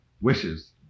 wishes